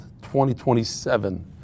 2027